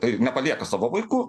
tai nepalieka savo vaikų